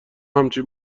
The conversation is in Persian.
همچین